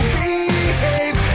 behave